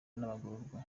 n’abagororwa